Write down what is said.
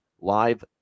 live